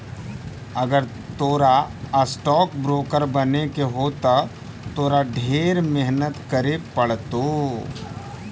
अगर तोरा stock broker बने के हो त तोरा ढेर मेहनत करे पड़तो